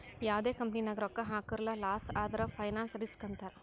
ಯಾವ್ದೇ ಕಂಪನಿ ನಾಗ್ ರೊಕ್ಕಾ ಹಾಕುರ್ ಲಾಸ್ ಆದುರ್ ಫೈನಾನ್ಸ್ ರಿಸ್ಕ್ ಅಂತಾರ್